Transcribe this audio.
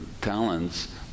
talents